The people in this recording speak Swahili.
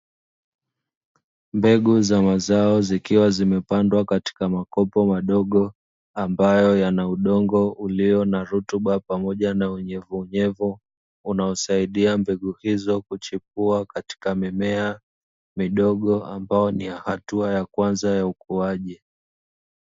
Mbegu za mazao zikiwa zimepandwa katika makopo madogo ambayo yana udongo ulio na rutuba pamoja na unyevunyevu, unaosaidia mbegu hizo kuchipua katika mimea midogo ambayo ni ya hatua ya kwanza ya ukuaji.